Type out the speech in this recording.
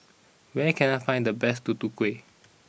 where can I find the best Tutu Kueh